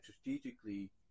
strategically